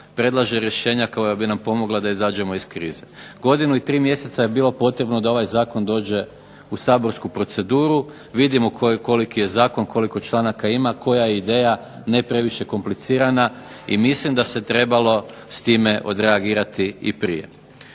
predlaže rješenja koja bi nam pomogla da izađemo iz krize. Godinu i 3 mjeseca je bilo potrebno da ovaj zakon dođe u saborsku proceduru, vidimo koliki je zakon, koliko članaka ima, koja je ideja, ne previše komplicirana i mislim da se trebalo s time odreagirati i prije.